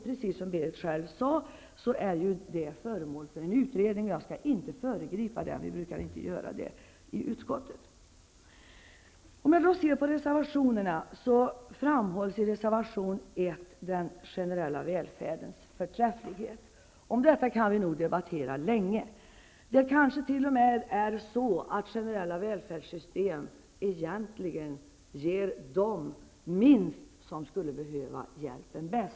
Precis som Berith Eriksson själv sade är den frågan föremål för utredning. Jag skall inte föregripa denna. Det brukar vi i utskottet inte göra. I reservation 1 framhålls den generella välfärdens förträfflighet. Om detta kan vi debattera länge. Det kanske t.o.m. är så att generella välfärdssystem egentligen ger dem minst som skulle behöva hjälpen bäst.